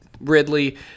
Ridley